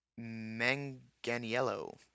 Manganiello